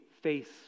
face